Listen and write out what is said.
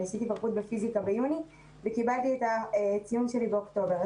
אני עשיתי בגרות בפיזיקה ביוני וקיבלתי את הציון שלי באוקטובר.